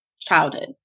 childhood